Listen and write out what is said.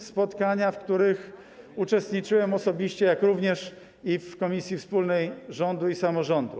Były spotkania, w których uczestniczyłem osobiście, również w komisji wspólnej rządu i samorządu.